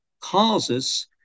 causes